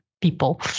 people